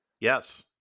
Yes